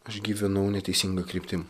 aš gyvenau neteisinga kryptim